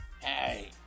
hey